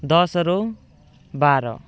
ଦଶରୁ ବାର